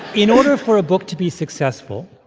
in order for a book to be successful,